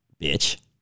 Bitch